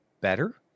better